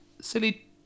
silly